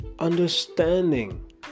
understanding